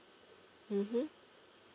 mmhmm